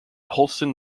holston